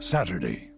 Saturday